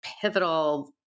pivotal